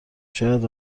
شاید